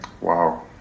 Wow